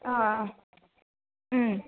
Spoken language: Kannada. ಆಂ ಊಂ